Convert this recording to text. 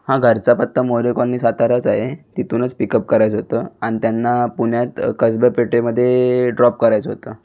हां घरचा पत्ता मोरे कॉलनी साताराच आहे तिथूनच पिकप करायचं होतं आणि त्यांना पुण्यात कसबा पेठेमध्ये ड्रॉप करायचं होतं